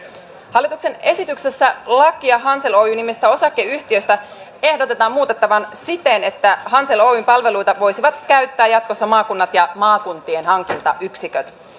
hallituksen esityksessä lakia hansel oy nimisestä osakeyhtiöstä ehdotetaan muutettavan siten että hansel oyn palveluita voisivat käyttää jatkossa maakunnat ja maakuntien hankintayksiköt